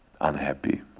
unhappy